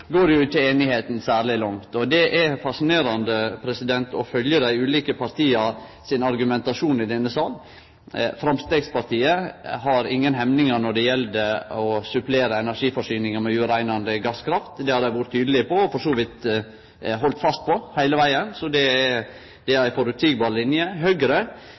går jo ikkje einigheita særleg langt. Det er fasinerande å følgje dei ulike partia sin argumentasjon i denne sal. Framstegspartiet har ingen hemningar når det gjeld å supplere energiforsyninga med ureinande gasskraft. Det har dei vore tydelege på, og for så vidt halde fast på heile vegen, så det er ei føreseieleg line. Høgre argumenterer for dette når det